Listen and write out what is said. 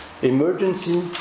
Emergency